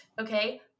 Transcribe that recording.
okay